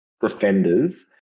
defenders